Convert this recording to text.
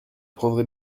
prendrez